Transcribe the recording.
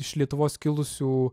iš lietuvos kilusių